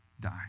die